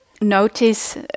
notice